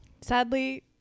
Sadly